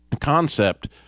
concept